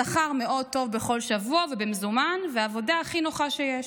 שכר מאוד טוב בכל שבוע ובמזומן ועבודה הכי נוחה שיש.